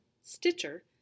stitcher